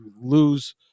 lose